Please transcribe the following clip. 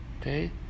Okay